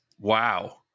wow